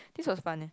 this was fun eh